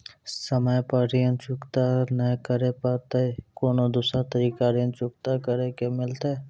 समय पर ऋण चुकता नै करे पर कोनो दूसरा तरीका ऋण चुकता करे के मिलतै?